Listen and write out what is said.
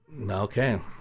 Okay